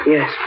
Yes